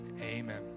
amen